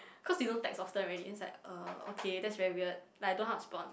because he don't text often already then he's like uh okay that's very weird like I don't know how respond